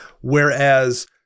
whereas